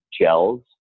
gels